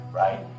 right